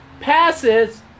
passes